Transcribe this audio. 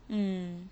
mm